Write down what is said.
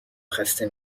خسته